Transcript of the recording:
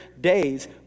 days